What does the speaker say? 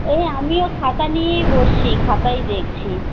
এই আমিও খাতা নিয়েই বসেছি খাতাই দেখছি